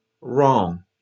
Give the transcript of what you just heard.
wrong